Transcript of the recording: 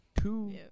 two